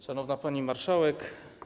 Szanowna Pani Marszałek!